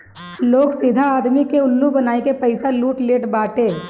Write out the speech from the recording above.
लोग सीधा आदमी के उल्लू बनाई के पईसा लूट लेत बाटे